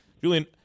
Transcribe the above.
julian